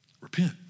repent